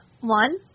one